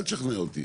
אל תשכנע אותי.